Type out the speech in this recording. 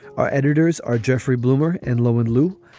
our editors are jeffrey bloomer and lo and lou.